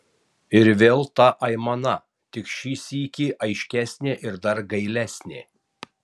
ir vėl ta aimana tik šį sykį aiškesnė ir dar gailesnė